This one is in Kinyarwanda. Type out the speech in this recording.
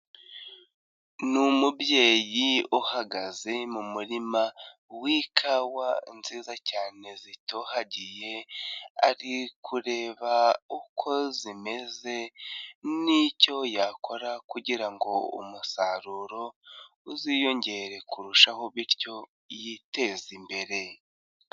Ni umubyeyi uhagaze mu murima wi'kawa nziza cyane zitohagiye, ari kureba uko zimeze nicyo yakora kugira umusaruro uziyongere kurushaho bityo yitezimbere.